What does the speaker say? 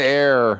air